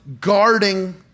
guarding